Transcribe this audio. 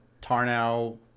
Tarnow